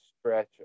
stretch